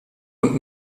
und